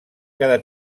cada